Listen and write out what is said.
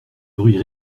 bruits